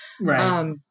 Right